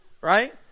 Right